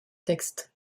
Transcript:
textes